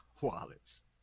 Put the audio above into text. wallets